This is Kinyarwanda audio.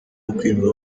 ukwirwa